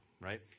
right